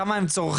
כמה הם צורכים?